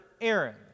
Aaron